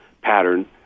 pattern